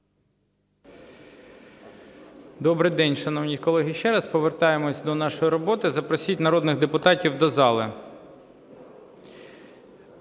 Добрий день, шановні колеги, ще раз. Повертаємося до нашої роботи. Запросіть народних депутатів до зали.